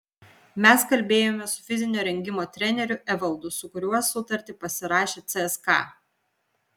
mes kalbėjome su fizinio rengimo treneriu evaldu su kuriuo sutartį pasirašė cska